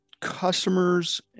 customers